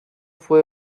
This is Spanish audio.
fue